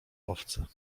owce